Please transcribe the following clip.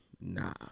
nah